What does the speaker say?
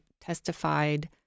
testified